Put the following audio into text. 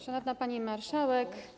Szanowna Pani Marszałek!